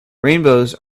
rainbows